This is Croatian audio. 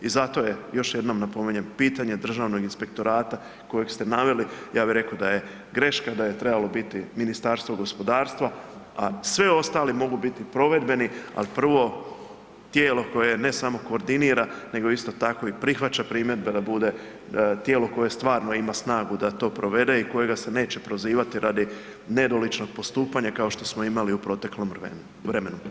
I zato je još jednom napominjem pitanje Državnog inspektorata kojeg ste naveli, ja bih rekao da je greška da je trebalo biti Ministarstvo gospodarstva, a sve ostali mogu biti provedbeni, al prvo tijelo koje ne samo koordinira nego isto tako i prihvaća primjedbe de bude tijelo koje stvarno ima snagu da to provede i kojega se neće prozivati radi nedoličnog postupanja kao što smo imali u proteklom vremenu.